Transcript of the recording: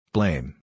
Blame